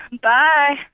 Bye